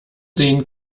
sehen